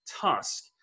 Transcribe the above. Tusk